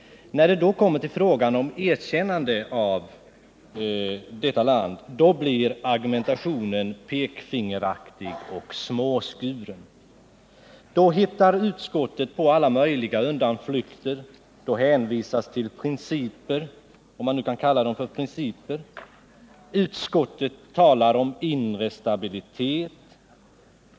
När det då kommer till frågan om erkännande av detta land, blir argumentationen pekfingeraktig och småskuren. Då hittar utrikesutskottet på alla möjliga undanflykter. Man hänvisar till principer, om man nu kan kalla dem så. Utskottet talar om inre stabilitet.